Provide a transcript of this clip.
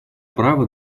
права